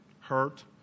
hurt